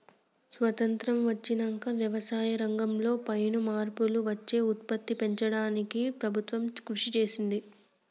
స్వాసత్రం వచ్చినంక వ్యవసాయ రంగం లో పెను మార్పులు వచ్చి ఉత్పత్తి పెంచడానికి ప్రభుత్వం కృషి చేసింది